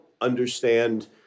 understand